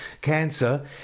Cancer